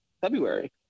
February